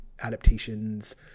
adaptations